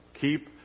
Keep